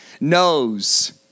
knows